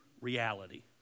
Reality